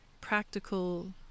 practical